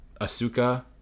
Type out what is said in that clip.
Asuka